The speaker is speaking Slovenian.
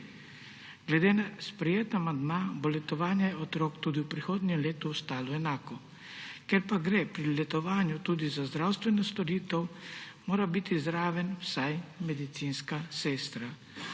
Glede na sprejeti amandma bo letovanje otrok tudi v prihodnjem letu ostalo enako. Ker pa gre pri letovanju tudi za zdravstveno storitev, mora biti zraven vsaj medicinska sestra,